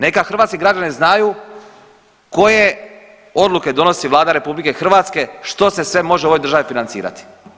Neka hrvatski građani znaju koje odluke donosi vlada RH što se sve može u ovoj državi financirati.